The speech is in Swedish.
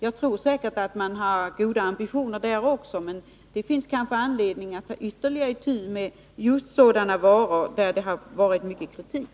Jag tror säkerligen att man har goda ambitioner där också, men det finns kanske anledning att ytterligare ta itu med just sådana varor där det förekommit mycket kritik.